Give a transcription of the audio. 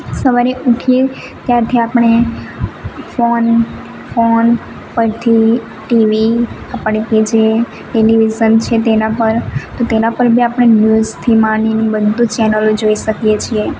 સવારે ઊઠીયે ત્યારથી આપણે ફોન ફોન પરથી ટીવી આપણે કે જે ટેલિવિઝન છે તેના પર તો તેના પર બી આપણે ન્યૂઝથી માંડીને બધી ચેનલો જોઈ શકીએ છીએ